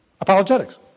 Apologetics